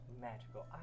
magical